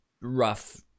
rough